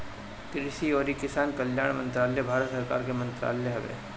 कृषि अउरी किसान कल्याण मंत्रालय भारत सरकार के मंत्रालय हवे